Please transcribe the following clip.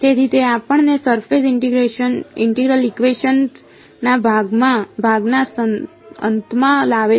તેથી તે આપણને સરફેસ ઇન્ટિગ્રલ ઇકવેશન ના ભાગના અંતમાં લાવે છે